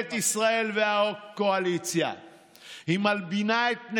הוא אוטומטית מחליף את זה שבא